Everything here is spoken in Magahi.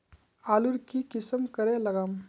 आलूर की किसम करे लागम?